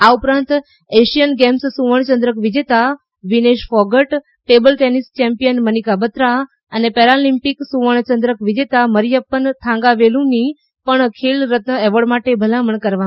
આ ઉપરાંત Asian Games સુવર્ણચંદ્રક વિજેતા Vinesh Phogat table tennis champion Manika Batra અને પેરાલિમ્પિક સુવર્ણ ચંદ્રક વિજેતા મરિયપ્પન થાંગાવેલ઼ની પણ ખેલ રત્ન એવોર્ડ માટે ભલામણ કરવામાં આવી છે